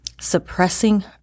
Suppressing